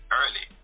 early